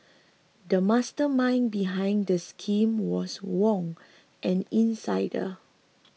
the mastermind behind the scheme was Wong an insider